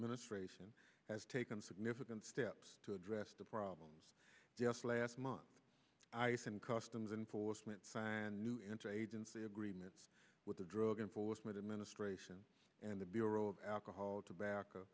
administration has taken significant steps to address the problems just last month ice and customs enforcement signed new interagency agreements with the drug enforcement administration and the bureau of alcohol tobacco